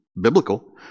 biblical